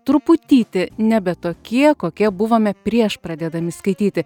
truputytį nebe tokie kokie buvome prieš pradėdami skaityti